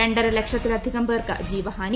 രണ്ടര ലക്ഷത്തിലധികം പേർക്ക് ജീവഹാനി